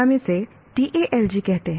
हम इसे TALG कहते हैं